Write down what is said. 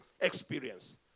experience